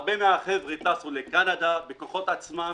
רבים מן החבר'ה טסו לקנדה בכוחות עצמם,